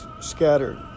scattered